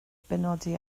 benodi